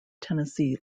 tennessee